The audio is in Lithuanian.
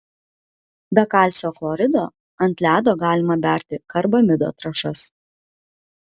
be kalcio chlorido ant ledo galima berti karbamido trąšas